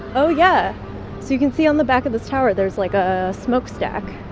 oh yeah, so you can see on the back of this tower there's like a smokestack,